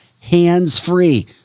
hands-free